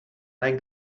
like